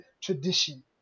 tradition